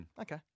okay